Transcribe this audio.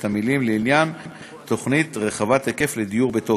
המילים "לעניין תוכנית רחבת היקף לדיור בתוקף".